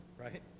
right